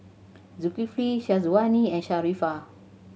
Zulkifli Syazwani and Sharifah